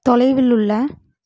தொலைவில் உள்ள